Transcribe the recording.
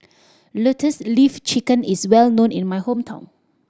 Lotus Leaf Chicken is well known in my hometown